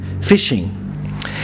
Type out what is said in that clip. fishing